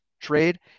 trade